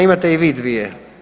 Imate i vi dvije.